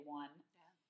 one